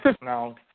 no